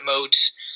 modes